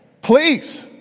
please